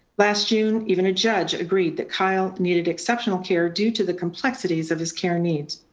last june, even a judge agreed that kyle needed exceptional care due to the complexities of his care needs,